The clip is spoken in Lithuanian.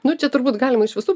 nu čia turbūt galima iš visų